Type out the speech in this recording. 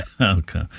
Okay